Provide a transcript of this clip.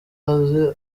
azi